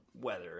weather